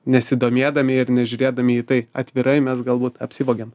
nesidomėdami ir nežiūrėdami į tai atvirai mes galbūt apsivogiam